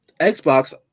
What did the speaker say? Xbox